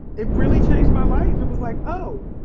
it really changed my life. it was like, oh.